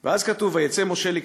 ואם לא בשביל אשתך, צא בשביל שני בניה.